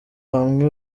hamwe